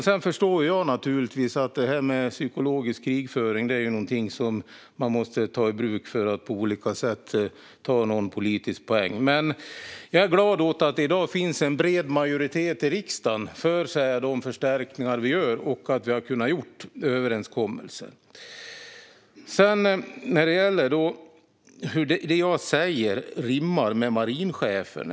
Sedan förstår jag naturligtvis att detta med psykologisk krigföring är något som man måste ta i bruk för att ta en politisk poäng, men jag är glad åt att det i dag finns en bred majoritet i riksdagen för de förstärkningar vi gör och att vi har kunnat nå denna överenskommelse. Sedan frågar interpellanten hur det jag säger rimmar med det marinchefen säger.